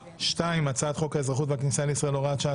2. הצעת חוק האזרחות והכניסה לישראל (הוראת שעה),